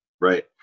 Right